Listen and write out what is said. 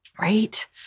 Right